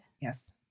Yes